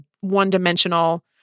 one-dimensional